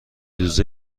روزه